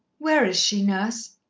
where is she, nurse?